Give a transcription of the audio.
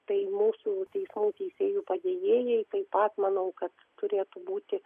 tai mūsų teismų teisėjų padėjėjai taip pat manau kad turėtų būti